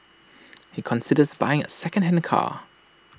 he considers buying A secondhand car